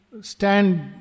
stand